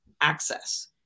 access